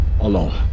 alone